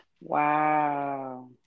Wow